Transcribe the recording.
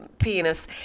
Penis